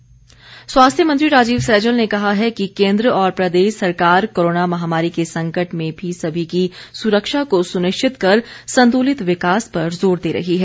सैजल स्वास्थ्य मंत्री राजीव सैजल ने कहा है कि केन्द्र और प्रदेश सरकार कोरोना महामारी के संकट में भी सभी की सुरक्षा को सुनिश्चित कर संतुलित विकास पर जोर दे रही है